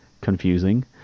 confusing